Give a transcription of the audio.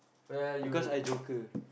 because I joker